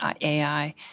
AI